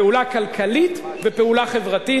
פעולה כלכלית ופעולה חברתית,